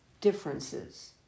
differences